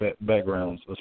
backgrounds